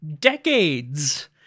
decades